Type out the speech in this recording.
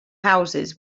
houses